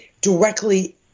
directly